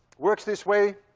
works this way,